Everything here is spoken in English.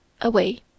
away